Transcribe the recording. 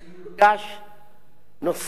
נושא זה נמצא במחלוקת